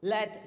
Let